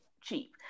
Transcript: cheap